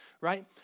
right